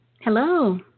Hello